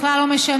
בכלל לא משנה,